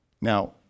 Now